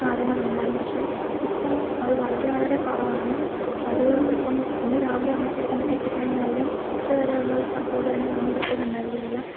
കാലങ്ങളിൽ ഉണ്ടായിരുന്നു പക്ഷെ ഇപ്പം അത് വളരെ വളരെ കുറവാണ് അത് ഇപ്പം ഇന്ന് രാവിലെ ഒരെണ്ണത്തെ കൊണ്ട് കെട്ടി കഴിഞ്ഞാൽ അതിന് ഉച്ച വരെയുള്ളത് അതിന് അവി ടെ നിന്ന് കിട്ടുന്നുണ്ടായിരിക്കത്തില്ല